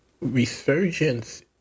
Resurgence